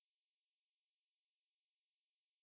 I think F&B not a lot of job so must see how